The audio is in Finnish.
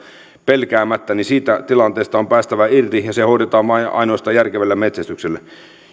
pelkäämättä ja siitä tilanteesta on päästävä irti ja se hoidetaan vain ja ainoastaan järkevällä metsästyksellä